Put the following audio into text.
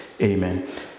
amen